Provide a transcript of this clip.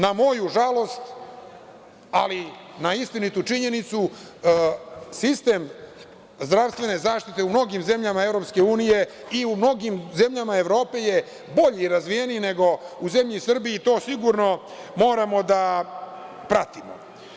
Na moju žalost, ali na istinitu činjenicu, sistem zdravstvene zaštite u mnogim zemljama EU, i u mnogim zemljama Evrope je bolje razvijeniji nego u zemlji u Srbiji, to sigurno moramo da pratimo.